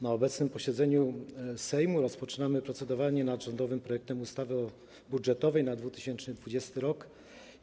Na obecnym posiedzeniu Sejmu rozpoczynamy procedowanie nad rządowym projektem ustawy budżetowej na 2022 r.